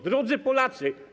Drodzy Polacy!